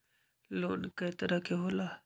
Loan कय तरह के होला?